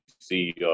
see